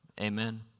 Amen